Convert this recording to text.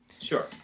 Sure